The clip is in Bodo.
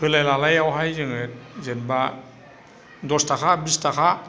होलाय लालायावहाय जोङो जेनेबा दस थाखा बिस थाखा